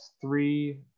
three